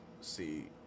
see